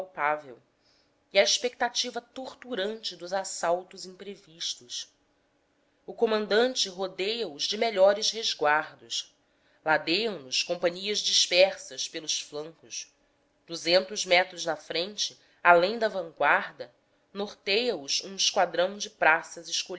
impalpável e a expectativa torturante dos assaltos imprevistos o comandante rodeia os de melhores resguardos ladeiam nos companhias dispersas pelos flancos duzentos metros na frente além da vanguarda norteia os um esquadrão de praças